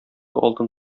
алтын